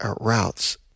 routes